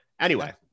Anyway-